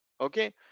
okay